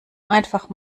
einfach